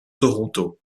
toronto